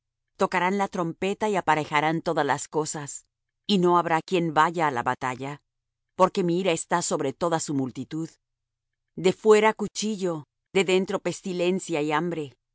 tocarán trompeta y aparejarán todas las cosas y no habrá quien vaya á la batalla porque mi ira está sobre toda su multitud de fuera cuchillo de dentro pestilencia y hambre